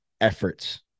efforts